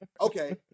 Okay